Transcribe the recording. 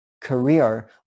career